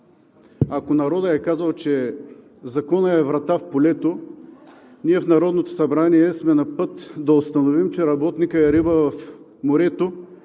Ако народът е казал, че законът е врата в полето, ние в Народното събрание сме на път да установим, че работникът е риба в морето.